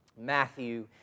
Matthew